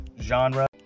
genre